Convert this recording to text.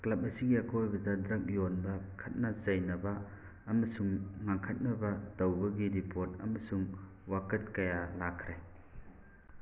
club ꯑꯁꯤꯒꯤ ꯑꯀꯣꯏꯕꯗ drug ꯌꯣꯟꯕ ꯈꯠꯅ ꯆꯩꯅꯕ ꯑꯃꯁꯨꯡ ꯉꯪꯈꯠꯅꯕ ꯇꯧꯕꯒꯤ ꯔꯤꯄꯣꯔꯠ ꯑꯃꯁꯨꯡ ꯋꯥꯀꯠ ꯀꯌꯥ ꯂꯥꯛꯈ꯭ꯔꯦ